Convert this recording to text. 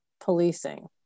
policing